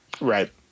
Right